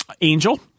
angel